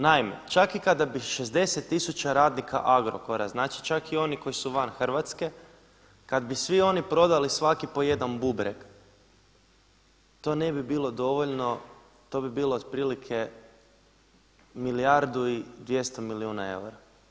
Naime, čak i kada bi 60 tisuća radnika Agrokora, znači čak i oni koji su van Hrvatske, kada bi svi oni prodali svaki po jedan bubreg to ne bi bilo dovoljno, to bi bilo otprilike milijardu i 200 milijuna eura.